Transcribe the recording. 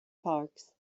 parks